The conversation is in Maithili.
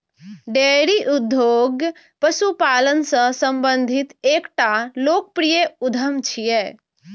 डेयरी उद्योग पशुपालन सं संबंधित एकटा लोकप्रिय उद्यम छियै